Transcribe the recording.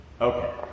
Okay